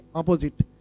opposite